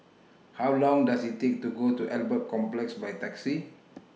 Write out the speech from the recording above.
How Long Does IT Take to Go to Albert Complex By Taxi